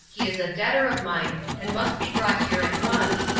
he is a debtor of mine and must be brought here at once,